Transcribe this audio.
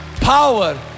power